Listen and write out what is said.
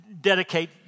dedicate